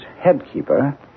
headkeeper